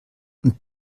und